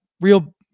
real